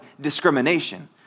discrimination